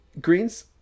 greens